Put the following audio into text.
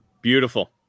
Beautiful